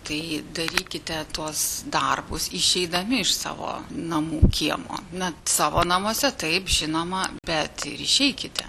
tai darykite tuos darbus išeidami iš savo namų kiemo na savo namuose taip žinoma bet ir išeikite